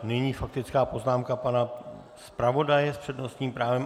Nyní faktická poznámka pana zpravodaje s přednostním právem.